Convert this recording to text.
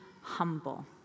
humble